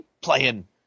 playing